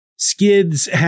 Skids